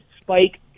spike